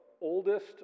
oldest